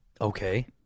Okay